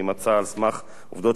על סמך עובדות שנודעו לו,